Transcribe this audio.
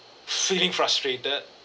feeling frustrated